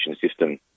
system